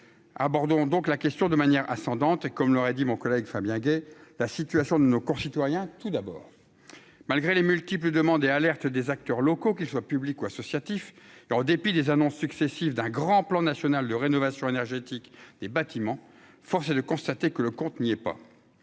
Bordeaux, donc la question de manière ascendante et comme l'aurait dit mon collègue Fabien Gay, la situation de nos concitoyens, tout d'abord, malgré les multiples demandes et alerte des acteurs locaux, qu'ils soient publics ou associatifs, et en dépit des annonces successives d'un grand plan national de rénovation énergétique des bâtiments, force est de constater que le compte n'y est pas